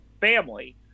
family